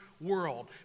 world